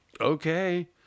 okay